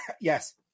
Yes